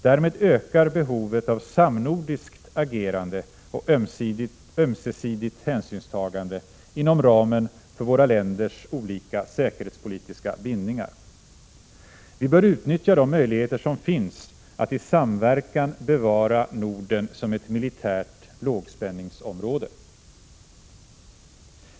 Därmed ökar behovet av samnordiskt agerande och ömsesidigt hänsynstagande — inom ramen för våra länders olika säkerhetspolitiska bindningar. Vi bör utnyttja de möjligheter som finns, att i samverkan bevara Norden som ett militärt lågspänningsområde.